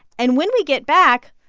and when we get back,